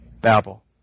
Babel